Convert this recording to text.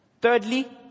Thirdly